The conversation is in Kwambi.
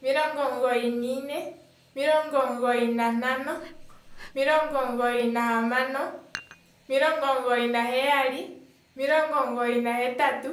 Omilongo omugoyi niine, omilongo omugoyi nantano, omilongo omugoyi nahamano, omilongo omugoyi naheyali, omilongo omugoyi nahetatu,